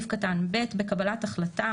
בקבלת החלטה,